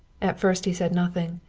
at first he said nothing.